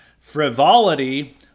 frivolity